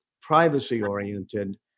privacy-oriented